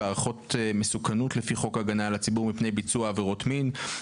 והערכות מסוכנות לפי חוק הגנה על הציבור מפני ביצוע עבירות מין,